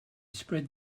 spread